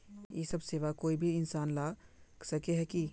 इ सब सेवा कोई भी इंसान ला सके है की?